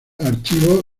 archivos